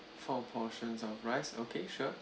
four portions of rice okay sure